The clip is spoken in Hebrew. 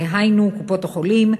דהיינו קופות-החולים,